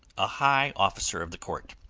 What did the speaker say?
a high officer of the court.